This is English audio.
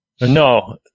No